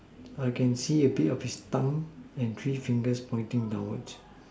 I can see a bit of his thumb and three fingers pointing downwards